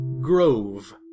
grove